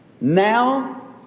now